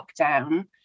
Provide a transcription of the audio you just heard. lockdown